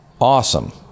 awesome